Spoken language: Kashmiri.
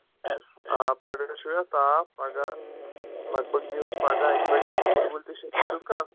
آ پَگاہ چھُ یَتھ تاپھ پَگاہ لگ بگ دیٖوُس پَگاہ اَکہِ بَجہِ ہیوٗ کُلۍ وُلۍ تہٕ شِٹھَن تیُتھ کال